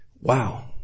Wow